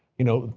you know,